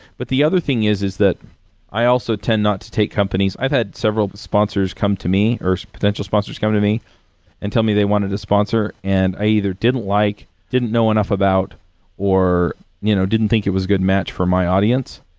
but the other thing is, is that i also tend not to take companies. i've had several sponsors come to me or potential sponsors come to me and tell me they wanted a sponsor, and i either didn't like didn't know enough about or you know didn't think it was good match for my audience.